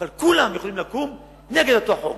אבל כולם, יכולים לקום נגד אותו חוק.